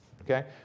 Okay